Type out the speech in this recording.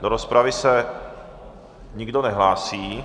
Do rozpravy se nikdo nehlásí.